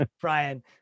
Brian